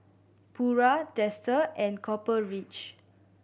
Pura Dester and Copper Ridge